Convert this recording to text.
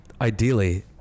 Ideally